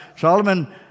Solomon